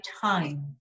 time